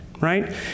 right